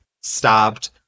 stabbed